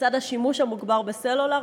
לצד השימוש המוגבר בסלולר,